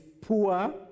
poor